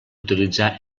utilitzar